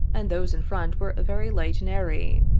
and those in front were very light and airy.